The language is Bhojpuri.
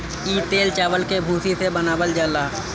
इ तेल चावल के भूसी से बनावल जाला